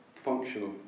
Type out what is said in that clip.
Functional